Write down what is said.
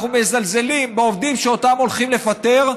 אנחנו מזלזלים בעובדים שאותם הולכים לפטר,